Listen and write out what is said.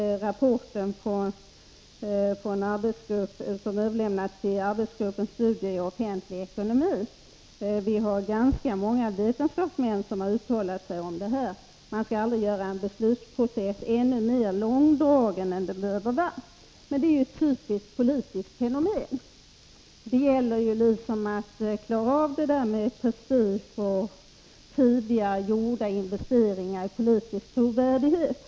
Vi hart.ex. fått en rapport som överlämnats till arbetsgruppen Studier i offentlig ekonomi. Dessutom har ganska många vetenskapsmän uttalat sig i denna fråga. Man bör inte göra en beslutsprocess mer långdragen än nödvändigt, men att så ändå sker är ett typiskt politiskt fenomen. Det handlar ofta om prestige och om tidigare gjorda investeringar i politisk trovärdighet.